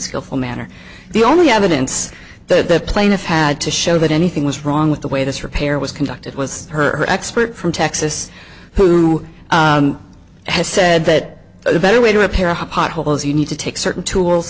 skillful manner the only evidence the plaintiff had to show that anything was wrong with the way this repair was conducted was her expert from texas who has said that the better way to repair a pothole is you need to take certain tool